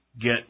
get